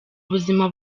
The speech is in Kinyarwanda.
ubuzima